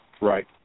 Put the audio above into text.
Right